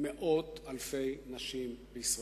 מאות אלפי נשים בישראל.